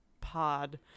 pod